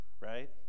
right